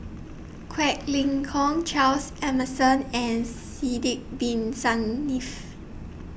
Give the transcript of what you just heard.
Quek Ling Kiong Charles Emmerson and Sidek Bin Saniff